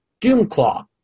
Doomclaw